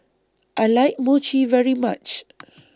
I like Mochi very much